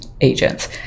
agents